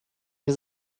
nie